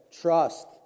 trust